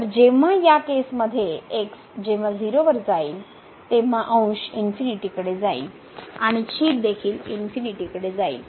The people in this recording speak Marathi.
तर जेव्हा या केसमध्ये x जेंव्हा 0 वर जाईल तेव्हा अंश इनफीनिटी जाईल आणि येथे छेद देखील इनफीनिटी कडे जाईल